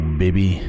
baby